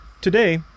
Today